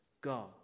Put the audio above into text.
God